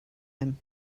him